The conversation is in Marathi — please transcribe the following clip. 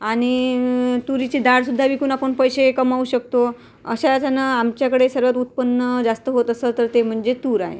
आणि तुरीची डाळसुद्धा विकून आपण पैसे कमावू शकतो अशाच ह्यानं आमच्याकडे सर्वात उत्पन्न जास्त होत असेल तर ते म्हणजे तूर आहे